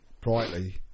brightly